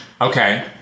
Okay